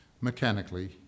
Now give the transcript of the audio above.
mechanically